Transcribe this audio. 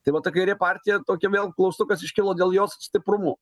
tai va ta kairė partija tokia vėl klaustukas iškilo dėl jos stiprumų